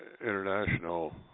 international